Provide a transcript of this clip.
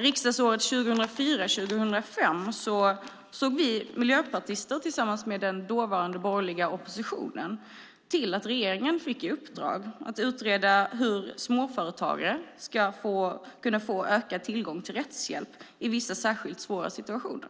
Riksdagsåret 2004/05 såg vi miljöpartister tillsammans med den dåvarande borgerliga oppositionen till att regeringen fick i uppdrag att utreda hur småföretagare skulle kunna få ökad tillgång till rättshjälp i vissa särskilt svåra situationer